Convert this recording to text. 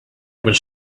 was